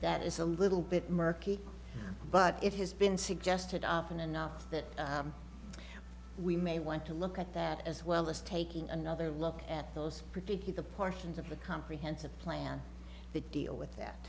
that is a little bit murky but it has been suggested often enough that we may want to look at that as well as taking another look at those particular portions of the comprehensive plan that deal with that